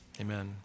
Amen